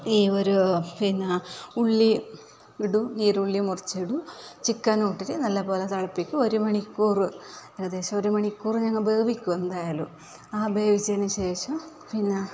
ഈ ഒരു ഉള്ളി ഇടും നീരുള്ളി മുറിച്ചിടും ചിക്കനും ഇട്ടിട്ട് നല്ലപോലെ തിളപ്പിക്കും ഒരു മണിക്കൂറ് ഏകദേശം ഒരു മണിക്കൂറ് ഞങ്ങൾ വേവിക്കും എന്തായാലും ആ വേവിച്ചതിന് ശേഷം പിന്നെ